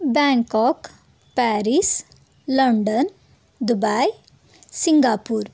Bangkok Paris London Dubai Singapore